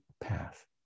path